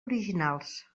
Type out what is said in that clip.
originals